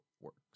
works